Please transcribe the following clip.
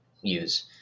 use